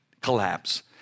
Collapse